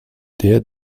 der